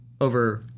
over